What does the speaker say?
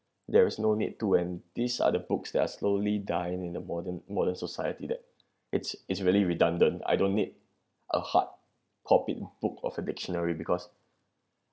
there is no need to and these are the books that are slowly dying in the modern modern society that it's it's really redundant I don't need a hard copy book of a dictionary because